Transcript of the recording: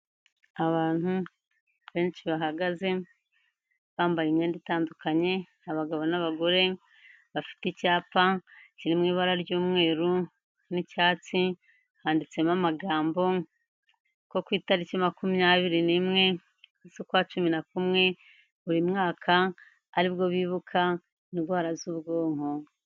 Abantu benshi bahagaze bambaye imyenda itandukanye, abagabo n'abagore bafite icyapa kiri mu ibara ry'umweru n'icyatsi, handitsemo amagambo ko ku itariki makumyabiri n'imwe z'ukwa cumi na kumwe, buri mwaka ari bwo bibuka indwara z'ubwonko.